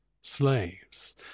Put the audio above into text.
slaves